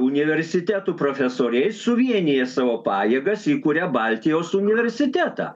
universitetų profesoriai suvieniję savo pajėgas įkuria baltijos universitetą